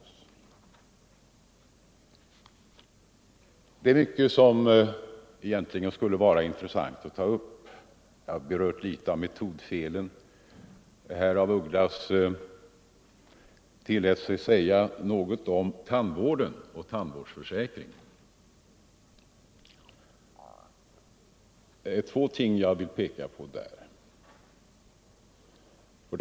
Det är mycket som skulle vara intressant att ta upp. Jag har berört en del av metodfelen. Herr af Ugglas tillät sig säga något om tandvården och tandvårdsförsäkringen. Det är två ting jag vill peka på i det sammanhanget.